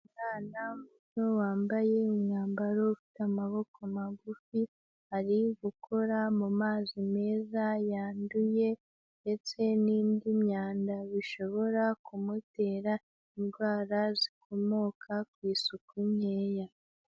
Umwana muto wambaye umwambaro ufite amaboko magufi ari gukora mu mazi meza yanduye ndetse n'indi myanda bishobora kumutera indwara zikomoka ku isuku nkeya.